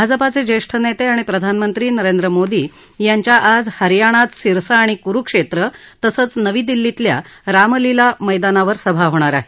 भाजपाचे ज्येष्ठ नेते आणि प्रधानमंत्री नरेंद्र मोदी यांच्या आज हरयाणात सिरसा आणि कुरुक्षेत्र तसंच नवी दिल्लीतल्या रामलीला मैदानावर सभा होणार आहेत